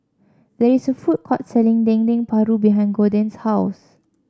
there is a food court selling Dendeng Paru behind Gorden's house